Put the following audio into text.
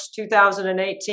2018